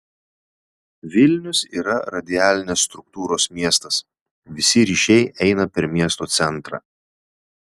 vilnius yra radialinės struktūros miestas visi ryšiai eina per miesto centrą